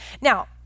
Now